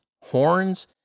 horns